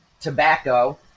tobacco